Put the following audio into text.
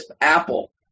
apple